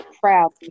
proud